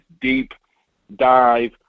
deep-dive